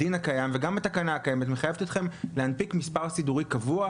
הדין הקיים וגם התקנה הקיימת מחייבת אתכם להנפיק מספר סידורי קבוע.